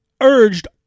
urged